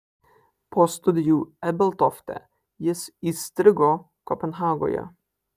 po studijų ebeltofte jis įstrigo kopenhagoje